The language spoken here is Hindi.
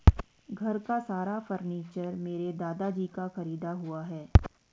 घर का सारा फर्नीचर मेरे दादाजी का खरीदा हुआ है